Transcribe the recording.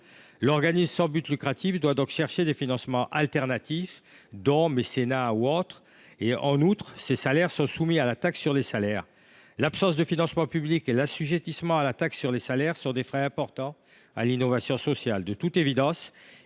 L’organisme sans but lucratif doit donc chercher des financements alternatifs, sous forme de don ou de mécénat par exemple. En outre, ses salaires sont soumis à la taxe sur les salaires. L’absence de financement public et l’assujettissement à la taxe sur les salaires sont des freins importants à l’innovation sociale. De toute évidence,